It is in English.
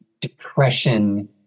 depression